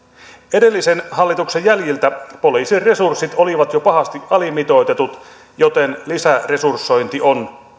edellisen hallituksen jäljiltä poliisin resurssit olivat jo pahasti alimitoitetut joten lisäresursointi on